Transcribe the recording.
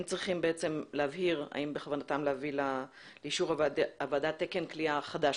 הם צריכים להבהיר האם בכוונתם להביא לאישור הוועדה תקן כליאה חדש.